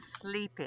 sleeping